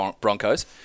Broncos